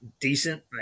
decent